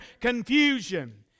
confusion